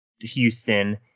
Houston